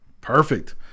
Perfect